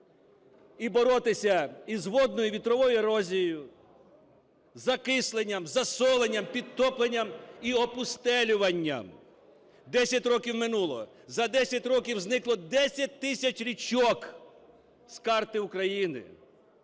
і боротися із водною, вітровою ерозією, закисленням, засоленням, підтопленням і опустелюванням. 10 років минуло. За 10 років зникло 10 тисяч річок з карти України.